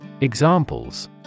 Examples